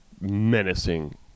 menacing